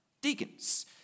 deacons